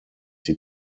die